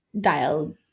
dial